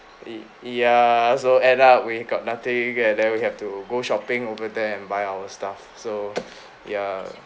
it ya so end up we got nothing and then we have to go shopping over there and buy our stuff so ya